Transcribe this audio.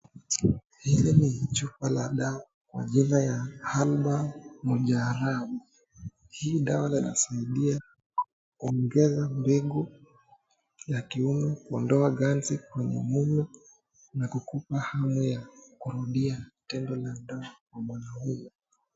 Hii ni chupa la dawa kwa jina ya Albaa Mujarrabu. Hii dawa linasaidia kuongeza mbegu ya kiume, kuondoa ganzi kwenye uume na kukupa hamu ya kurudia tendo la ndoa kwa mwanaume.